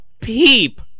peep